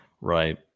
right